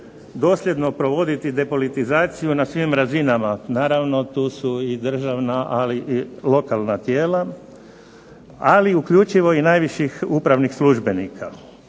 dosljedno provoditi depolitizaciju na svim razinama, naravno tu su i državna, ali i lokalna tijela, ali uključivo i najviših upravnih službenika.